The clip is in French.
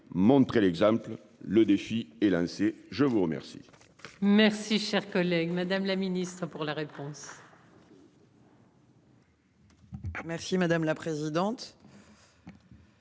montrer l'exemple. Le défi est lancé. Je vous remercie.